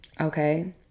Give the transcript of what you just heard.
Okay